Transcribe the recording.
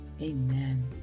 amen